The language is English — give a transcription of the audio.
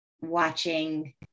watching